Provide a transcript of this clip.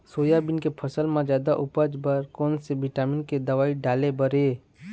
Soybean के फसल म जादा उपज बर कोन से विटामिन के दवई डाले बर ये?